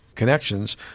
Connections